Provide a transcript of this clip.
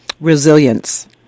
Resilience